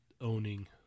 Owning